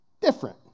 different